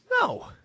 No